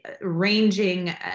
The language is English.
ranging